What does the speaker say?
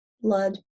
blood